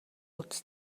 уут